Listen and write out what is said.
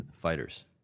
Fighters